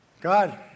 God